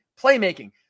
playmaking